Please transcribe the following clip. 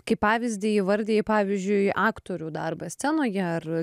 kaip pavyzdį įvardijai pavyzdžiui aktorių darbą scenoje ar